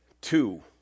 two